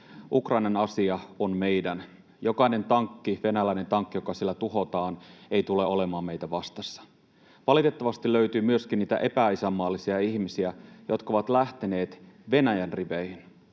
Ukrainan asia on meidän. Yksikään venäläinen tankki, joka siellä tuhotaan, ei tule olemaan meitä vastassa. Valitettavasti löytyy myöskin niitä epäisänmaallisia ihmisiä, jotka ovat lähteneet Venäjän riveihin.